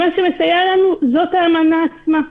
מה שמסייע לנו זה האמנה עצמה.